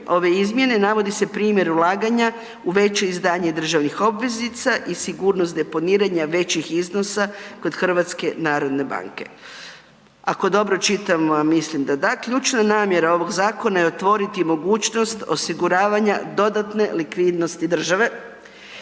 ove izmjene navodi se primjer ulaganja u veće izdanje državnih obveznica i sigurnost deponiranja većih iznosa kod HNB-a. Ako dobro čitam, a mislim da da, ključna namjera ovog zakona je otvoriti mogućnost osiguravanja dodatne likvidnosti države,